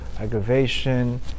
aggravation